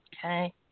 Okay